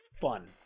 fun